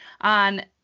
on